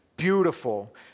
beautiful